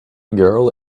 girl